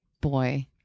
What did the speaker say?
boy